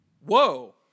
Whoa